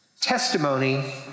Testimony